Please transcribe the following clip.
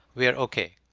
we are okay.